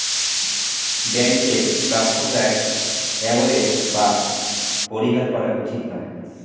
ব্যাংকের প্রাপ্য tax avoid বা পরিহার করা উচিত নয়